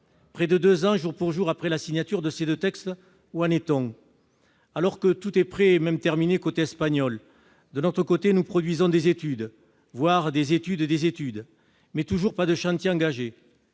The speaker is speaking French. Près de deux ans jour pour jour après la signature de ces deux textes, où en est-on ? Alors que tout est prêt, même terminé côté espagnol, nous produisons des études, voire des études d'études, mais toujours pas de chantier engagé.